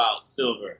Silver